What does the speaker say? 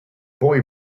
boy